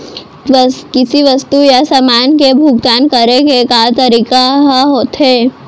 किसी वस्तु या समान के भुगतान करे के का का तरीका ह होथे?